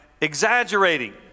exaggerating